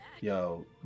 yo